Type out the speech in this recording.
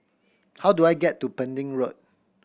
how do I get to Pending Road